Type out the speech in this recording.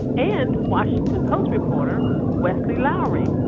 and washington post reporter wesley lowery.